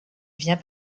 vient